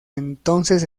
entonces